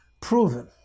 proven